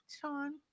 Sean